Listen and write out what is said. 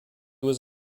was